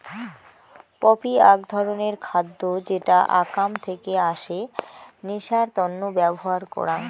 poppy আক ধরণের খাদ্য যেটা আকাম থেকে আসে নেশার তন্ন ব্যবহার করাং